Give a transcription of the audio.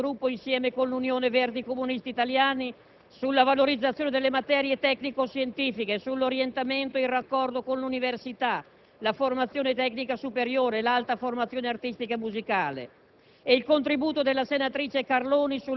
il contributo della senatrice Pellegatta del Gruppo Insieme con l'Unione Verdi-Comunisti Italiani sulla valorizzazione delle materie tecnico-scientifiche, sull'orientamento e il raccordo con l'università, la formazione tecnica superiore, l'alta formazione artistica e musicale;